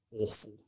awful